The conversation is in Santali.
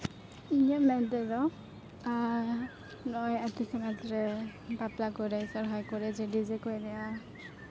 ᱤᱧᱟᱹᱜ ᱢᱮᱱ ᱛᱮᱫᱚ ᱟᱨ ᱱᱚᱜᱼᱚᱸᱭ ᱟᱛᱳ ᱥᱚᱢᱟᱡᱽ ᱨᱮ ᱵᱟᱯᱞᱟ ᱠᱚᱨᱮᱜ ᱥᱚᱨᱦᱟᱭ ᱠᱚᱨᱮᱜ ᱰᱤᱡᱮ ᱠᱚ ᱮᱱᱮᱡᱼᱟ